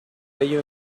ello